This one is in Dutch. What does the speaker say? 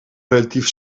relatief